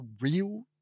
real